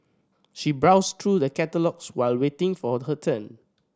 she browsed through the catalogues while waiting for her turn